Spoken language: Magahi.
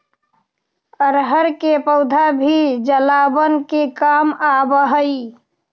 अरहर के पौधा भी जलावन के काम आवऽ हइ